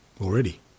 already